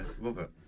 Robert